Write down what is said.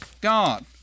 God